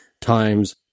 times